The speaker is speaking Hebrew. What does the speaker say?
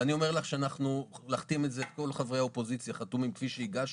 ואני אומר לך להחתים את זה כל חברי האופוזיציה חתומים כפי שהגשנו.